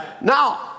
Now